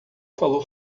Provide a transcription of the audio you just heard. falou